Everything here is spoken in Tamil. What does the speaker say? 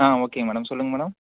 ஆ ஓகே மேடம் சொல்லுங்க மேடம்